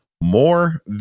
more